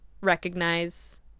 recognize